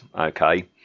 Okay